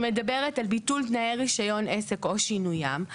שמדברת על ביטול תנאי רישיון עסק או שינוים,